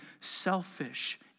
selfish